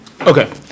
Okay